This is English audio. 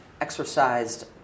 exercised